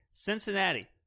Cincinnati